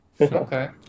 Okay